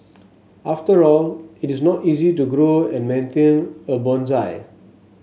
after all it is not easy to grow and maintain a bonsai